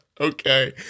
Okay